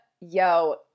Yo